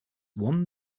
one